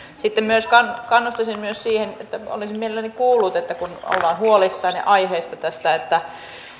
sitten kannustaisin myös siihen olisin mielelläni kuullut kun ollaan huolissaan ja aiheesta siitä että